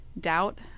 doubt